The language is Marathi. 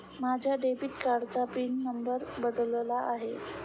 माझ्या डेबिट कार्डाचा पिन नंबर बदलला आहे